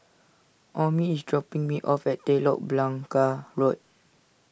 Omie is dropping me off at Telok Blangah Road